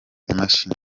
imashini